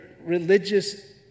religious